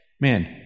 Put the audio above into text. man